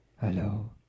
Hello